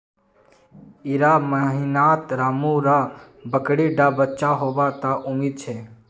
इड़ा महीनात रामु र बकरी डा बच्चा होबा त उम्मीद छे